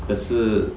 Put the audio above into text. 可是